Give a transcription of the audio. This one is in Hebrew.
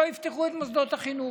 לא יפתחו את מוסדות החינוך,